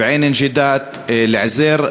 בועיינה-נוג'ידאת, אל-עוזייר,